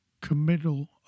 committal